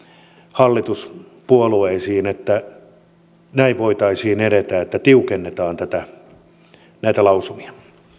hallituspuolueisiin voitaisiin edetä näin että tiukennetaan näitä lausumia